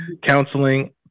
counseling